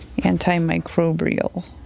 antimicrobial